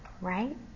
right